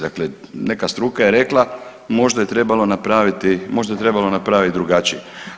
Dakle, neka struka je rekla možda je trebalo napraviti drugačije.